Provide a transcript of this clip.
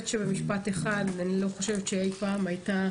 במשפט אחד, אני לא חושבת שאי פעם הייתה